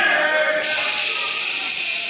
נגד.